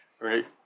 right